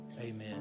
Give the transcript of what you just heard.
amen